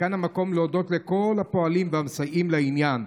וכאן המקום להודות לכל הפועלים והמסייעים בעניין,